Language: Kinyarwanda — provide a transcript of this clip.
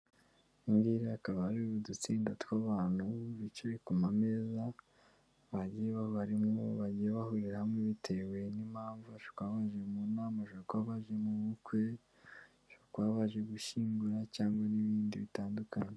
gi hakaba hari udutsinda tw'abantu bicaye ku ma meza bagiye babarimo bagiye bahurira hamwe bitewe n'impamvu twamajije mu namashaka baje mu bukwe kwa baje gushyingura cyangwa n'ibindi bitandukanye